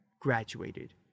graduated